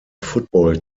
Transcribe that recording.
football